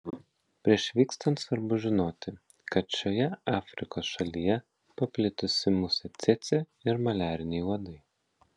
prieš vykstant svarbu žinoti kad šioje afrikos šalyje paplitusi musė cėcė ir maliariniai uodai